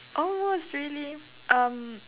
almost really um